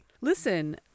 Listen